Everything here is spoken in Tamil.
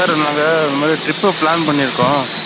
சார் நாங்கள் இதுமாதிரி ட்ரிப்பு பிளான் பண்ணியிருக்கோம்